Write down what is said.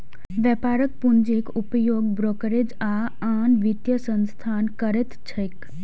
व्यापारिक पूंजीक उपयोग ब्रोकरेज आ आन वित्तीय संस्थान करैत छैक